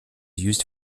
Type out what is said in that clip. used